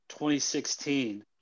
2016